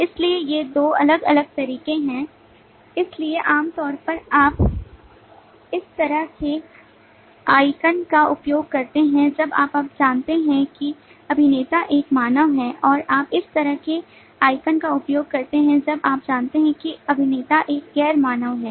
इसलिए ये 2 अलग अलग तरीके हैं इसलिए आमतौर पर आप इस तरह के आइकन का उपयोग करते हैं जब आप जानते हैं कि अभिनेता एक मानव है और आप इस तरह के आइकन का उपयोग करते हैं जब आप जानते हैं कि अभिनेता एक गैर मानव है